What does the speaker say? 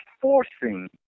forcing